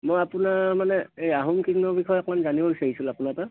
মই আপোনাৰ মানে আহোম কিংডমৰ বিষয়ে জানিব বিচাৰিছিলোঁ আপোনাৰ পৰা